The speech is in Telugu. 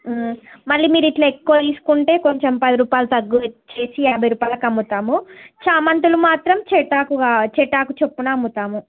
మళ్ళీ మీరు ఇట్లా ఎక్కువ తీసుకుంటే కొంచెం పది రూపాయలు తక్కువ చేసి యాభై రూపాయాలకి అమ్ముతాము చామంతులు మాత్రం చెట్టాకు చెట్టాకు చొప్పున అమ్ముతాము